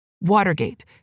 Watergate